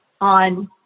on